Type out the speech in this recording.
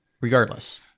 regardless